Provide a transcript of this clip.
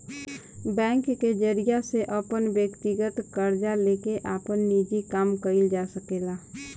bank के जरिया से अपन व्यकतीगत कर्जा लेके आपन निजी काम कइल जा सकेला